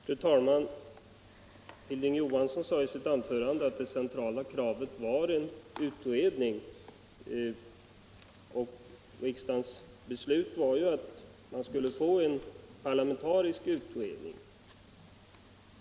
Fru talman! Herr Johansson i Trollhättan sade att det centrala kravet var en utredning, och riksdagens beslut blev ju att vi skulle få en parlamentarisk utredning.